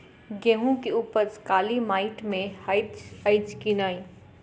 गेंहूँ केँ उपज काली माटि मे हएत अछि की नै?